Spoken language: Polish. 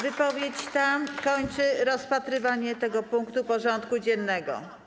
Wypowiedź ta kończy rozpatrywanie tego punktu porządku dziennego.